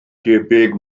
debyg